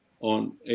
on